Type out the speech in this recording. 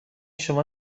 شما